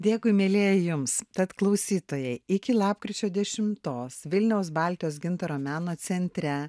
dėkui mielieji jums tad klausytojai iki lapkričio dešimtos vilniaus baltijos gintaro meno centre